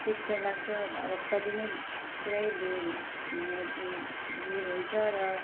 picture लाग्छ अब हप्तादिनै पुरै भिड हुने भिड हुन्छ र